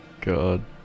God